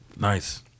Nice